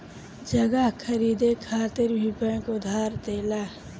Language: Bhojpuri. जगह खरीदे खातिर भी बैंक उधार देला